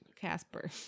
casper